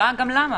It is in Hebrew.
אסביר גם למה